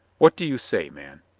what do you say, man?